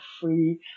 free